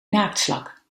naaktslak